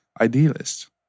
idealist